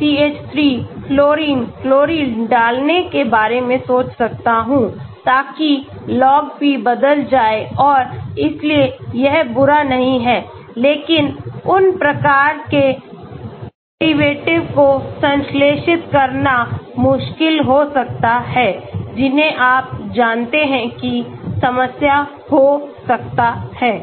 CH3 fluorine chlorine डालने के बारे में सोच सकता हूं ताकि Log P बदल जाए और इसलिए यह बुरा नहीं है लेकिन उन प्रकार के डेरिवेटिव को संश्लेषित करना मुश्किल हो सकता है जिन्हें आप जानते हैं कि समस्या हो सकता है